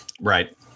Right